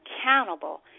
accountable